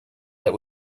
that